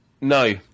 No